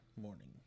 morning